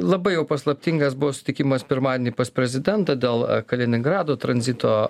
labai jau paslaptingas buvo sutikimas pirmadienį pas prezidentą dėl kaliningrado tranzito